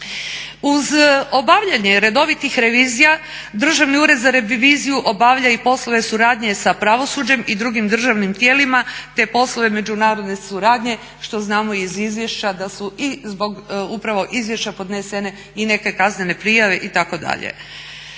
Uz obavljanje redovitih revizija Državni ured za reviziju obavlja i poslove suradnje sa pravosuđem i drugim državnim tijelima, te poslove međunarodne suradnje što znamo i iz izvješća da su i zbog upravo izvješća podnesene i neke kaznene prijave itd.